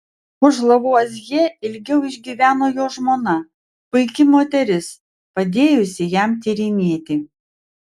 už lavuazjė ilgiau išgyveno jo žmona puiki moteris padėjusi jam tyrinėti